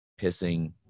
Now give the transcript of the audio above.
pissing